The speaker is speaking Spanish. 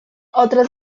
otras